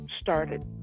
started